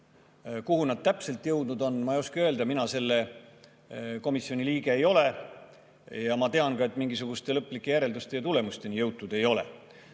Kuhu nad täpselt jõudnud on, ma ei oska öelda. Mina selle komisjoni liige ei ole, aga ma tean, et mingisuguste lõplike järelduste ja tulemusteni jõutud ei ole. Mis